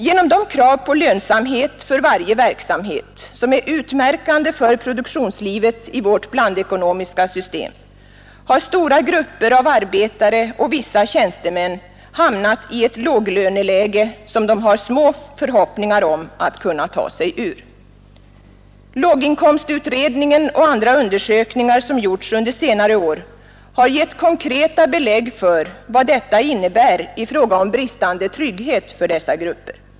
Genom de krav på lönsamhet för varje verksamhet som är utmärkande för produktionslivet i vårt blandekonomiska system har stora grupper av arbetare och vissa tjänstemän hamnat i ett låglöneläge som de har små förhoppningar om att kunna ta sig ur. Låginkomstutredningen och andra undersökningar som gjorts under senare år har gett konkreta belägg för vad detta innebär i fråga om bristande trygghet för dessa grupper.